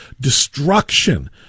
Destruction